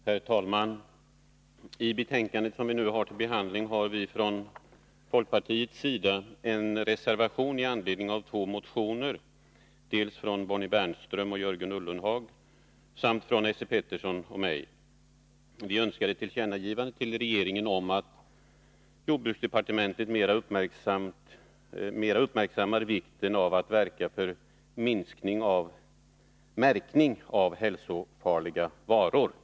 Herr talman! Vid det betänkande som vi nu behandlar har vi från folkpartihåll fogat en reservation i anslutning till två motioner väckta av dels Bonnie Bernström och Jörgen Ullenhag, dels Esse Petersson och mig. Vi önskar få till stånd ett tillkännagivande till regeringen om att jordbruksdepartementet mera skall uppmärksamma vikten av minskning — förlåt, jag menar märkning-— av hälsooch miljöfarliga varor.